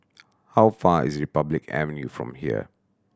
how far is Republic Avenue from here